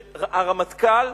שהרמטכ"ל,